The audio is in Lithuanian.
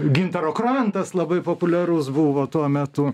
gintaro krantas labai populiarus buvo tuo metu